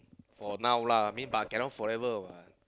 for now lah mean but cannot forever what